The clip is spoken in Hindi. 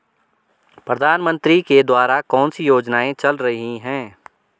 प्रधानमंत्री के द्वारा कौनसी योजनाएँ चल रही हैं?